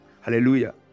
Hallelujah